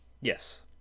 yes